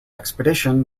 expedition